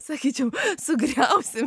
sakyčiau sugriausim